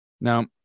Now